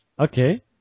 Okay